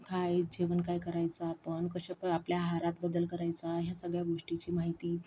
काय जेवण काय करायचं आपण कशा आपल्या आहारात बदल करायचा ह्या सगळ्या गोष्टीची माहिती